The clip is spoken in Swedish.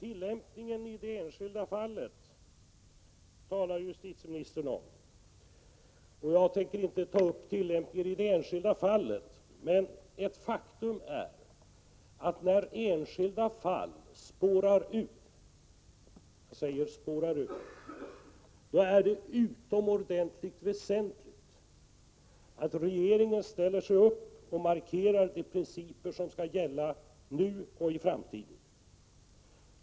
Herr talman! Justitieministern uttalar sig inte om tillämpningen i det enskilda fallet. Jag tänker inte ta upp tillämpningen i det enskilda fallet, men ett faktum är att när enskilda fall spårar ur — jag säger spårar ur — är det utomordentligt väsentligt att regeringen markerar vilka principer som skall gälla nu och i framtiden.